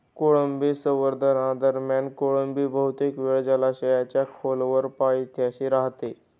कोळंबी संवर्धनादरम्यान कोळंबी बहुतेक वेळ जलाशयाच्या खोलवर पायथ्याशी राहते